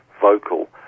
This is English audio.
vocal